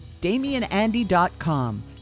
DamianAndy.com